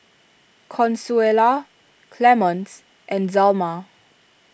Consuela Clemence and Zelma